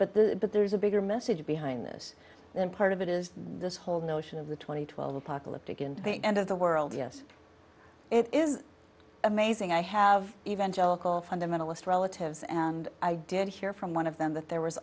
but the but there's a bigger message behind this then part of it is this whole notion of the two thousand and twelve apocalyptic and the end of the world yes it is amazing i have evangelical fundamentalist relatives and i did hear from one of them that there was